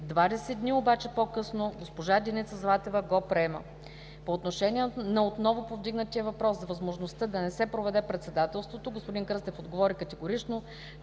20 дни по-късно господин Деница Златева го приема. По отношение на отново повдигнатия въпрос за възможността да не се проведе председателството, господин Кръстев отговори категорично,